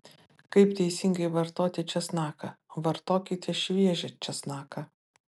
kaip teisingai vartoti česnaką vartokite šviežią česnaką